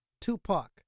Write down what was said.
Tupac